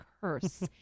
curse